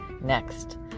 next